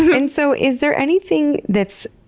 and so is there anything that's,